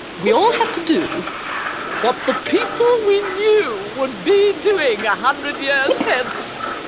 we all have to do what the people we knew would be doing a hundred years hence,